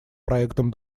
проектом